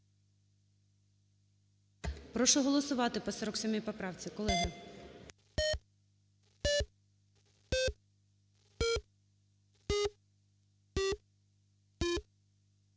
Прошу голосувати по 47 поправці,